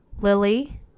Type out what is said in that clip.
lily